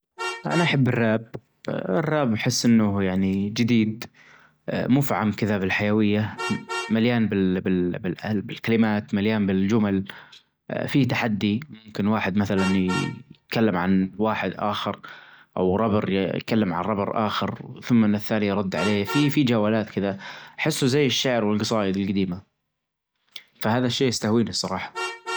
انا احب الراب الراب احس انه يعني جديد مفعم كذا بالحيوية مليان بالكلمات مليان بالجمل في تحدي ممكن واحد مثلا يتكلم عن واحد اخر او رابر يتكلم عن رابر اخر والثاني يرد عليه في في جولات كده احسه زي الشعر والجصايد الجديمة فهذا الشي يستهويني الصراحة.